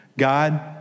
God